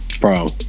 Bro